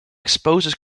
exposes